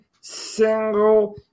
single